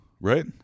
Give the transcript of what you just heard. right